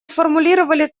сформулировали